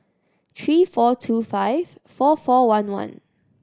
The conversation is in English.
three four two five four four one one